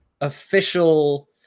official